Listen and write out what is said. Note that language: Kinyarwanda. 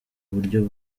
buryo